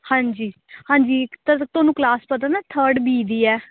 ਹਾਂਜੀ ਹਾਂਜੀ ਇੱਕ ਤਾਂ ਤੁਹਾਨੂੰ ਕਲਾਸ ਪਤਾ ਨਾ ਥਰਡ ਬੀ ਦੀ ਹੈ